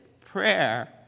prayer